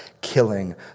killing